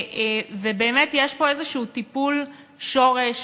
באמת יש פה איזשהו טיפול שורש,